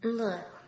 Look